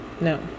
No